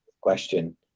question